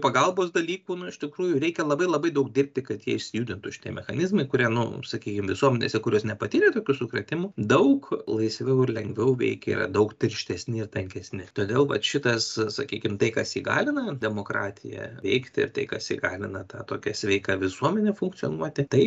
pagalbos dalykų nu iš tikrųjų reikia labai labai daug dirbti kad jie išsijudintų šitie mechanizmai kurie nu sakykim visuomenėse kurios nepatyrė tokių sukrėtimų daug laisviau ir lengviau veikia yra daug tirštesni ir tankesni todėl vat šitas sakykim tai kas įgalina demokratiją veikti ir tai kas įgalina tą tokią sveiką visuomenę funkcionuoti tai